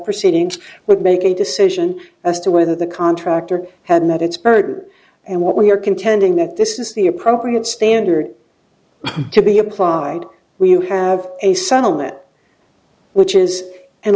proceedings would make a decision as to whether the contractor had met its burden and what we are contending that this is the appropriate standard to be applied we do have a settlement which is an